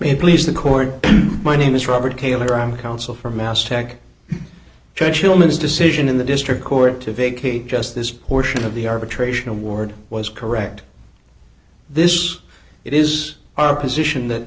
may please the court my name is robert taylor i'm the counsel for mass tech churchill ms decision in the district court to vacate just this portion of the arbitration award was correct this it is our position that